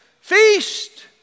feast